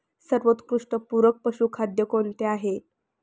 सर्वोत्कृष्ट पूरक पशुखाद्य कोणते आहे?